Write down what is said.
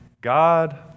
God